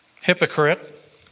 Hypocrite